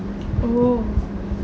oh